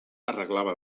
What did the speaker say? arreglava